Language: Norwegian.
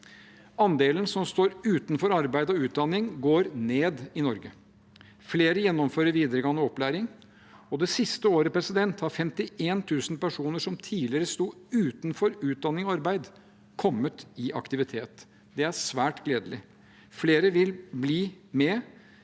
Andelen som står utenfor arbeid og utdanning, går ned i Norge. Flere gjennomfører videregående opplæring, og det siste året har 51 000 personer som tidligere stod utenfor utdanning og arbeid, kommet i aktivitet. Det er svært gledelig. Flere vil bli med